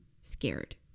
scared